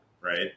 right